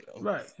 right